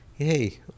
hey